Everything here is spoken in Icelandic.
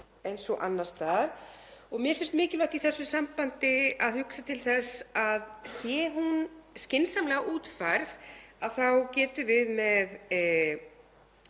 eins og annars staðar, og mér finnst mikilvægt í þessu sambandi að hugsa til þess að sé hún skynsamlega útfærð þá getum við með